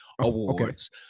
awards